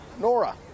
Nora